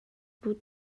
بود